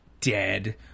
Dead